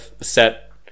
set